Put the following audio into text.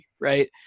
right